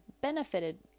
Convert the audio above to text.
benefited